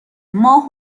ماه